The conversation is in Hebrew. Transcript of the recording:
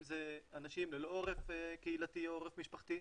אם זה אנשים ללא עורף קהילתי או משפחתי,